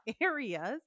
areas